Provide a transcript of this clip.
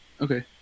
Okay